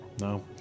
No